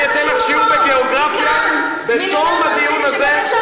אני אתן לך שיעור בגיאוגרפיה בתום הדיון הזה.